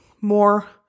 more